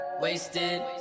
Wasted